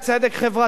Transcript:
ואתה יודע מה,